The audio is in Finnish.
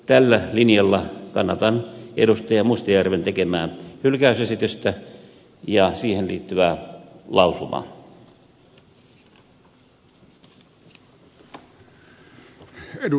tällä linjalla kannatan edustaja mustajärven tekemää hylkäysesitystä ja siihen liittyvää lausumaa